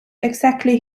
exactly